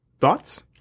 Thoughts